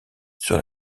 sur